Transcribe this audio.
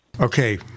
Okay